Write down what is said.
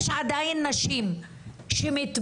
יש עדיין נשים שמתביישות